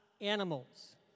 animals